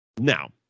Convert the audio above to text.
Now